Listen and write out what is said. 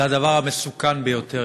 זה הדבר המסוכן ביותר,